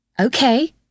Okay